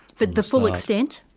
but the full extent?